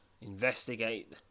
Investigate